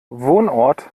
wohnort